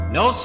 no